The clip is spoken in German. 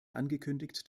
angekündigt